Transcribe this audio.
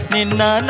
Nina